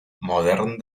modern